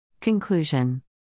Conclusion